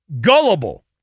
gullible